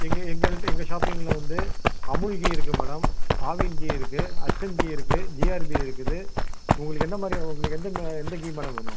எங்கள் எங்கள்கிட்ட எங்கள் ஷாப்பிங்கில் வந்து அமுல் கீ இருக்குது மேடம் ஆவின் கீ இருக்குது ஹட்சன் கீ இருக்குது ஜிஆர்பி இருக்குது உங்களுக்கு எந்தமாதிரி உங்களுக்கு எந்த மே எந்த கீ மேடம் வேணும்